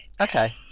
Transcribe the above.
Okay